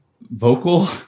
vocal